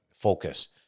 focus